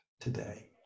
today